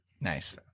Nice